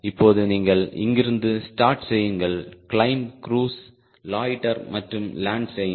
இப்போது நீங்கள் இங்கிருந்து ஸ்டார்ட் செய்யுங்கள் கிளைம்ப் க்ரூஸ் லொய்ட்டர் மற்றும் லேண்ட் செய்யுங்கள்